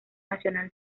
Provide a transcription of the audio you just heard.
nacional